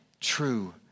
true